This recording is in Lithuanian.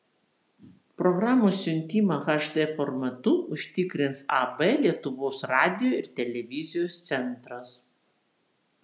programos siuntimą hd formatu užtikrins ab lietuvos radijo ir televizijos centras